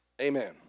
Amen